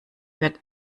wird